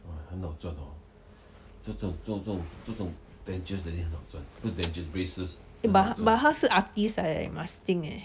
but but 他是 artist 来的 eh you must think eh